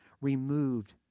removed